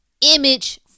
image